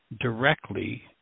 directly